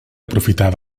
aprofitar